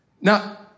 Now